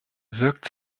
wirkt